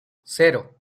cero